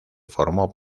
formó